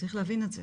צריך להבין את זה.